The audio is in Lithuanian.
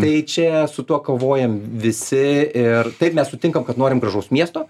tai čia su tuo kovojame visi ir taip mes sutinkam kad norim gražaus miesto